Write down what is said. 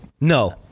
No